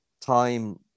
time